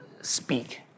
speak